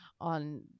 on